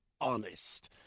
honest